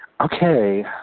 Okay